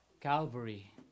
calvary